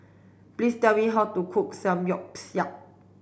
please tell me how to cook Samgyeopsal